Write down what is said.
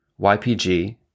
YPG